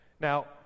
Now